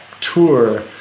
tour